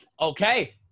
Okay